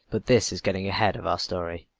but this is getting ahead of our story.